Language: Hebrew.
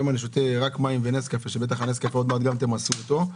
כאשר היום אני שותה רק מים ונס קפה ובטח עוד מעט תמסו גם את הנס קפה,